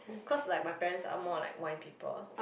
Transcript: cause like my parents are more like wine people